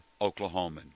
Oklahoman